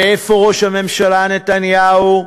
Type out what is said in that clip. ואיפה ראש הממשלה נתניהו?